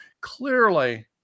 clearly